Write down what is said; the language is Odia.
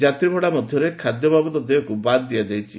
ଯାତ୍ରୀ ଭଡ଼ା ମଧ୍ୟରେ ଖାଦ୍ୟ ବାବଦ ଦେୟକୁ ବାଦ୍ ଦିଆଯାଇଛି